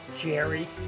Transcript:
Jerry